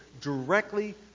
directly